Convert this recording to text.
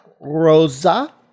Rosa